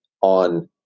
on